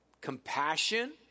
compassion